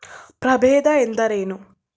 ಪ್ರಭೇದ ಎಂದರೇನು?